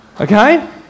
Okay